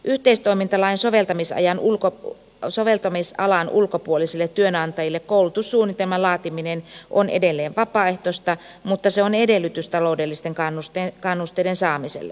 yhteistoimintalain soveltamis alan ulkopuolisille työnantajille koulutussuunnitelman laatiminen on edelleen vapaaehtoista mutta se on edellytys taloudellisten kannusteiden saamiselle